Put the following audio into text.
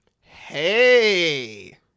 Hey